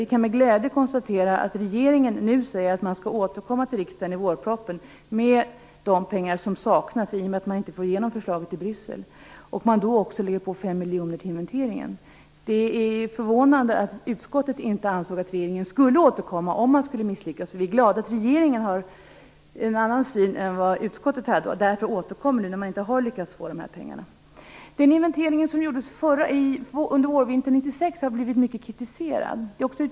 Vi kan med glädje konstatera att regeringen nu säger att man skall återkomma till riksdagen i vårpropositionen med de pengar som saknas i och med att man inte får igenom förslaget i Bryssel. Man lägger då också på 5 miljoner till inventeringen. Det är förvånande att utskottet inte anser att regeringen skall återkomma om man skulle misslyckas. Vi är därför glada att regeringen har en annan syn än vad utskottet har. Därför återkommer regeringen när man inte har lyckats få pengarna. Den inventering som gjordes under vårvintern 1996 har blivit mycket kritiserad.